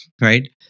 Right